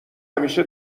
همیشه